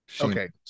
Okay